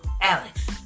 Alex